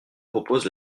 propose